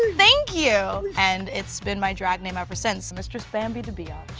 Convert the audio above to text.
thank you! and it's been my drag name ever since, misstress bambi d'biatch.